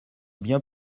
bien